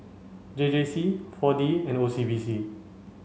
J J C four D and O C B C